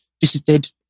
visited